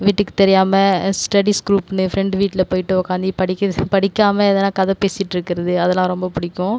வீட்டுக்கு தெரியாமல் ஸ்டடீஸ் குரூப்ன்னு ஃப்ரெண்ட் வீட்டில் போயிட்டு உக்காந்து படிக்கிற படிக்காமல் எதனா கதை பேசிட்டு இருக்கிறது அதல்லாம் ரொம்ப பிடிக்கும்